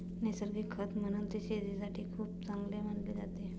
नैसर्गिक खत म्हणून ते शेतीसाठी खूप चांगले मानले जाते